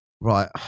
Right